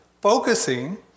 Focusing